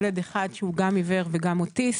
ילד אחד שהוא גם עיוור וגם אוטיסט.